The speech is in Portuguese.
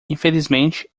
infelizmente